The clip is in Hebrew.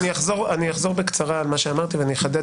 אני אחזור בקצרה על מה שאמרתי, ואני אחדד.